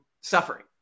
suffering